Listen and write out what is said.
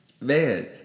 Man